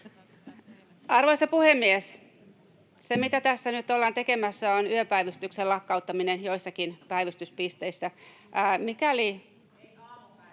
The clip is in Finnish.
Arvoisa puhemies! Se, mitä tässä nyt ollaan tekemässä, on yöpäivystyksen lakkauttaminen joissakin päivystyspisteissä. [Jenna